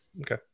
Okay